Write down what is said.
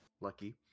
Lucky